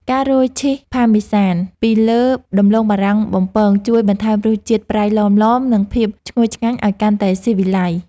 ការរោយឈីសផាមេសានពីលើដំឡូងបារាំងបំពងជួយបន្ថែមរសជាតិប្រៃឡមៗនិងភាពឈ្ងុយឆ្ងាញ់ឱ្យកាន់តែស៊ីវិល័យ។